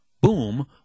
Boom